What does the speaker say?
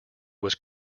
was